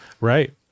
Right